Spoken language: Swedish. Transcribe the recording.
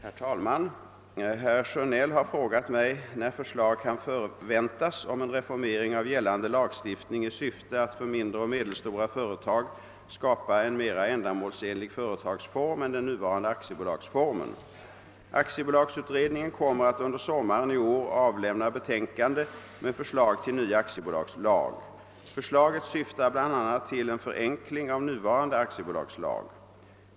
Herr talman! Herr Sjönell har frågat mig när förslag kan förväntas om en reformering av gällande lagstiftning i syfte att för mindre och medelstora företag skapa en mera ändamålsenlig företagsform än den nuvarande aktiebolagsformen. Aktiebolagsutredningen kommer att under sommaren i år avlämna betänkande med förslag till ny aktiebolagslag. Förslaget syftar bl a. till en förenkling av nuvarande aktiebolagslag.